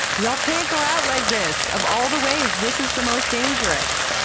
y'all can't go out like this! of all the ways, this is the most dangerous!